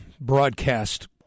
broadcast